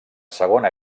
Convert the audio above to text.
segona